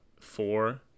four